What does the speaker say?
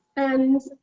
and